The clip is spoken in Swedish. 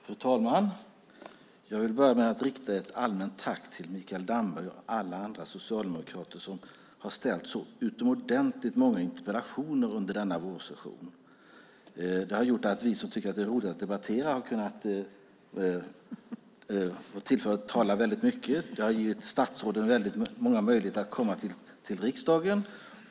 Fru talman! Jag vill rikta ett allmänt tack till Mikael Damberg och alla andra socialdemokrater som har ställt så utomordentligt många interpellationer under denna vårsession. Det har gjort att vi som tycker att det är roligt att debattera har fått tillfälle att tala väldigt mycket. Det har givit statsråden många möjligheter att komma till riksdagen.